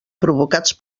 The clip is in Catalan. provocats